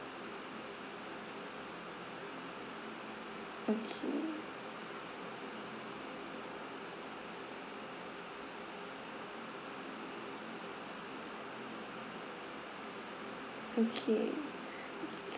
okay okay can